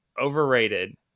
Overrated